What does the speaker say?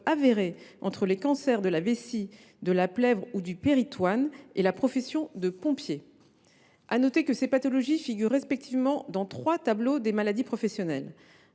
avéré entre les cancers de la vessie, de la plèvre ou du péritoine et la profession de pompier. À noter que ces pathologies figurent respectivement dans trois tableaux des maladies professionnelles.